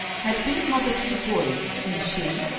had been a mother to the boy whom she,